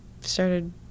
started